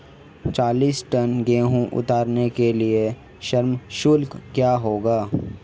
चालीस टन गेहूँ उतारने के लिए श्रम शुल्क क्या होगा?